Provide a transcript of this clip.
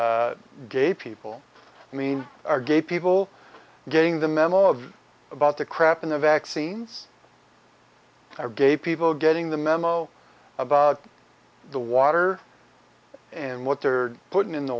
about gay people i mean are gay people getting the memo about the crap in the vaccines or gay people getting the memo about the water and what they're putting in the